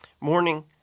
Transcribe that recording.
morning